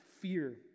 fear